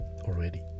already